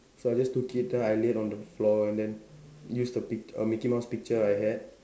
so I just took it then I laid on the floor and then use the pic uh mickey mouse picture I had